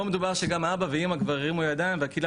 פה מדובר שגם אבא ואמא מרימים ידיים והקהילה